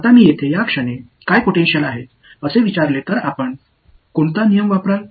இப்போது இந்த கட்டத்தில் பொடன்டியல் என்ன என்று உங்களிடம் கேட்டால் நீங்கள் எந்த விதியை பயன்படுத்துவீர்கள்